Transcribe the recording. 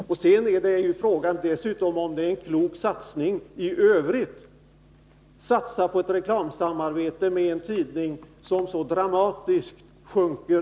En fråga är dessutom om det är en klok satsning i övrigt att satsa på ett reklamsamarbete med en tidning, vars upplaga så dramatiskt sjunker.